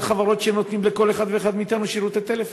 חברות שנותנות לכל אחד ואחד מאתנו שירותי טלפון?